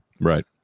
right